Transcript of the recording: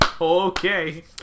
Okay